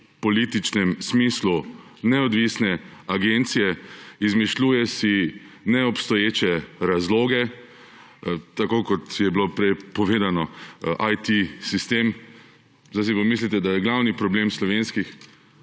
v političnem smislu neodvisne agencije, izmišljuje si neobstoječe razloge, tako kot je bilo prej povedano, IT sistem. Zdaj si pa zamislite, da je glavni problem slovenskih